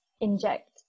inject